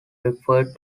refer